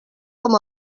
com